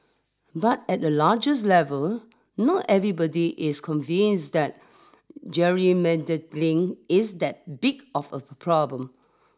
but at a largest level not everybody is convinced that gerrymandering is that big of a problem